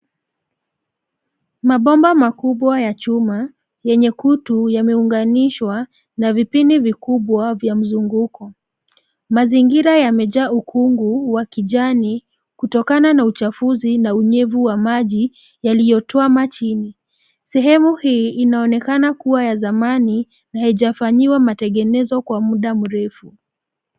Mabomba makubwa ya chuma, yenye kutu yameunganishwa, na vipini vikubwa vya mzunguko, mazingira yamejaa ukungu wa kijani, kutokana na uchafuzi na unyevu wa maji, yaliyotwama chini, sehemu hii inaonekana kuwa ya zamani, na haijafanyiwa matengezo kwa muda mrefu.